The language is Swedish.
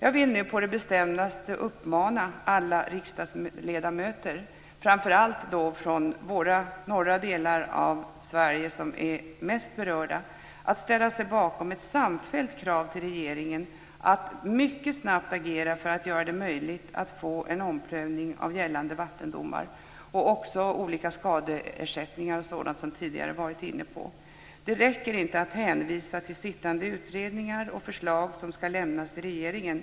Jag vill nu på det bestämdaste uppmana alla riksdagsledamöter, framför allt från de norra delarna av Sverige som ju är mest berörda, att ställa sig bakom ett samfällt krav till regeringen att mycket snabbt agera för att göra det möjligt att få en omprövning av gällande vattendomar, och olika skadeersättningar och sådant som vi tidigare varit inne på. Det räcker inte att hänvisa till sittande utredningar och förslag som ska lämnas till regeringen.